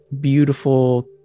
beautiful